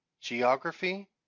geography